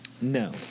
No